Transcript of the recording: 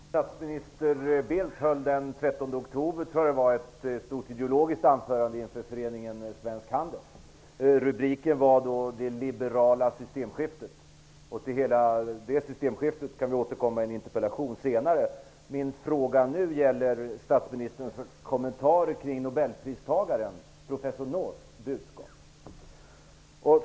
Fru talman! Statsminister Bildt höll den 13 oktober ett stort ideologiskt anförande inför Föreningen Svensk handel. Rubriken var Det liberala systemskiftet. Det systemskiftet kan vi återkomma till i en interpellationsdebatt senare. Min fråga nu gäller statsministerns kommentar kring nobelpristagaren professor Norths budskap.